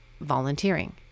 volunteering